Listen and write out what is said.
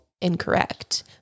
incorrect